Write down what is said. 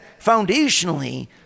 foundationally